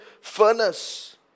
furnace